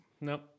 Nope